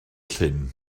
llyn